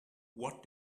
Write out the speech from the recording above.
what